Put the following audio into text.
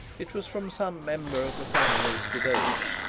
it was from some member of the family of sidonia,